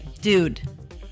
Dude